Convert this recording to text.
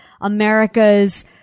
America's